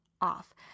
off